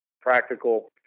practical